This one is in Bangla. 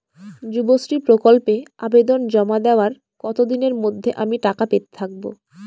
যুবশ্রী প্রকল্পে আবেদন জমা দেওয়ার কতদিনের মধ্যে আমি টাকা পেতে থাকব?